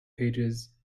pages